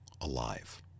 alive